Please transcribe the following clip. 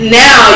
now